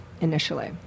initially